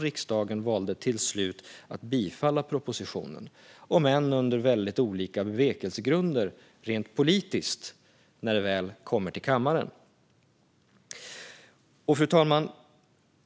Riksdagen valde till slut att bifalla propositionen, om än med väldigt olika bevekelsegrunder rent politiskt när det väl kom till kammaren. Fru talman!